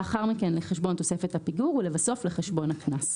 לאחר מכן לחשבון תוספת הפיגור ולבסוף לחשבון הקנס.